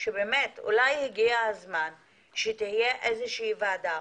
שבאמת אולי הגיע הזמן שתהיה איזה שהיא ועדה,